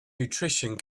nutrition